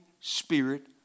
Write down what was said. Spirit